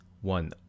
one